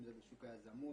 אם זה בשוק היזמות,